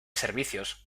servicios